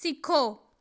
ਸਿੱਖੋ